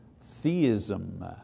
theism